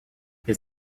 his